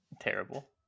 Terrible